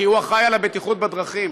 כי הוא אחראי לבטיחות בדרכים.